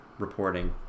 reporting